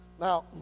Now